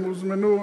הם הוזמנו,